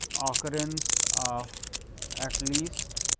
occurrence of at least